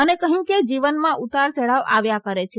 તેમણે કહ્યું કે જીવનમાં ઉતાર ચડાવ આવ્યા કરે છે